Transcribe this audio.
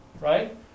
right